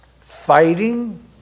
fighting